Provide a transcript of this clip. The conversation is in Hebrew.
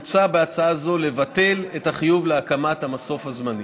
מוצע בהצעה זו לבטל את החיוב להקמת המסוף הזמני.